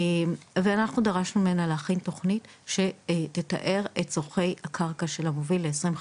אנחנו דרשנו ממנה להכין תכנית שתתאר את צורכי הקרקע של המוביל ל-2020,